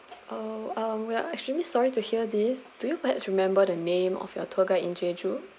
oh uh we are extremely sorry to hear this do you perhaps remember the name of your tour guide in jeju